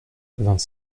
vingt